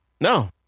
No